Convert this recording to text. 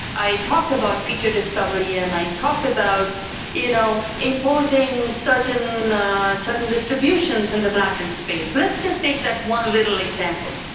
i talked about feature discovery and i talked about you know imposing certain certain distributions in the latent and space. let's just take that one little example,